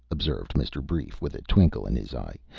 observed mr. brief, with a twinkle in his eye,